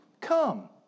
Come